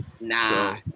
Nah